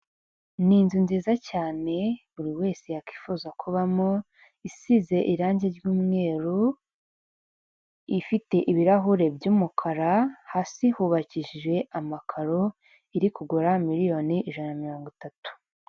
Ni inzu nziza cyane buri wese yakwifuza kubamo, isize irangi ry'umweru, ifite ibirahure by'umukara hasi hubakishijwe amakaro iri kugura miliyoni ijana na mirongo itatu.